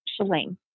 Shalane